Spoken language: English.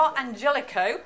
Angelico